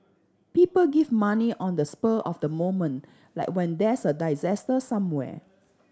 people give money on the spur of the moment like when there's a somewhere